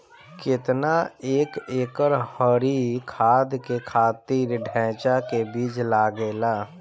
केतना एक एकड़ हरी खाद के खातिर ढैचा के बीज लागेला?